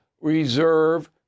reserve